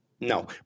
No